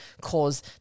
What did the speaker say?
cause